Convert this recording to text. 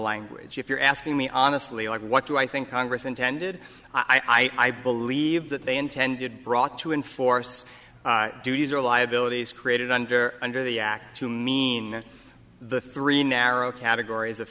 language if you're asking me honestly like what do i think congress intended i believe that they intended brought to enforce duties or liabilities created under under the act to mean the three narrow categories of